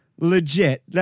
Legit